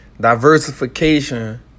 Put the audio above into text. Diversification